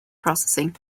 processing